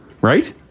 right